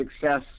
success